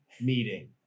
meeting